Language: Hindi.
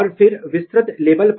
तो अब यह आपका स्वतंत्र प्रोव है